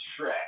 Shrek